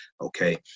Okay